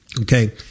Okay